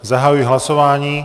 Zahajuji hlasování.